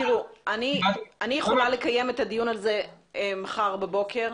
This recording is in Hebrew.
אני יכולה לקיים דיון על זה מחר בבוקר.